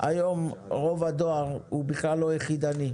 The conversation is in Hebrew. היום רוב הדואר הוא לא יחידני.